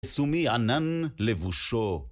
סומי ענן לבושו